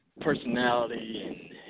personality